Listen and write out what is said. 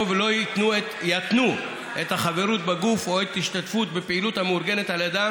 ולא יתנו את החברות בגוף או את ההשתתפות בפעילות המאורגנת על ידם